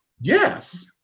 Yes